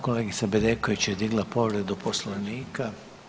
Kolegica Bedeković je digla povredu Poslovnika.